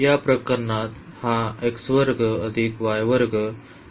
या प्रकरणात हा आहे